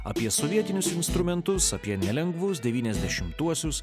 apie sovietinius instrumentus apie nelengvus devyniasdešimtuosius